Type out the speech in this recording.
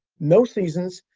no seasons,